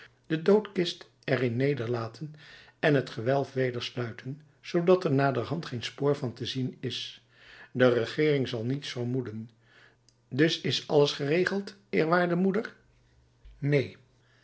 de doodkist er in nederlaten en t gewelf weder sluiten zoodat er naderhand geen spoor van te zien is de regeering zal niets vermoeden dus is alles geregeld eerwaardige moeder neen